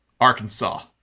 Arkansas